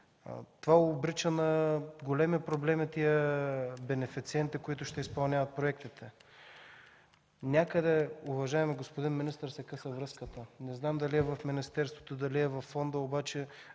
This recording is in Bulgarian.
Това обрича на големи проблеми бенефициентите, които ще изпълняват проектите. Уважаеми господин министър, някъде се къса връзката. Не зная дали е в министерството, дали е във фонда, но